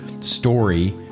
story